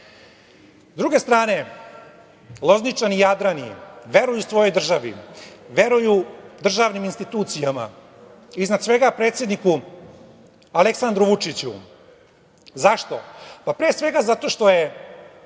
druge strane, Lozničani, Jadrani, veruju svojoj državi, veruju državnim institucijama, iznad svega predsedniku Aleksandru Vučiću. Zašto? Pre svega, zato što je